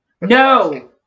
No